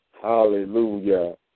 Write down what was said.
Hallelujah